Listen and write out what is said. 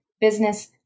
business